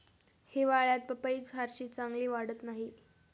हिवाळ्यात पपई फारशी चांगली वाढत नाही